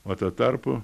o tuo tarpu